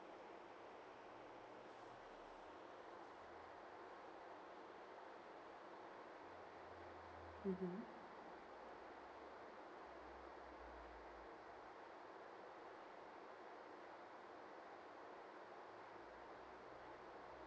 mmhmm